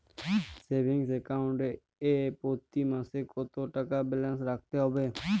Savings account এ প্রতি মাসে কতো টাকা ব্যালান্স রাখতে হবে?